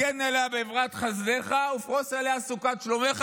הגן עליה באברת חסדך ופרוס עליה סוכת שלומך,